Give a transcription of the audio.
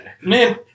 Man